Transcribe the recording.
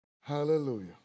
Hallelujah